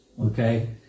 okay